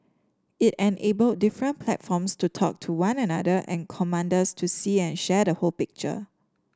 it enabled different platforms to talk to one another and commanders to see and share the whole picture